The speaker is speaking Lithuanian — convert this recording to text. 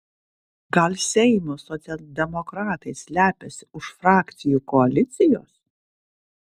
gal seimo socialdemokratai slepiasi už frakcijų koalicijos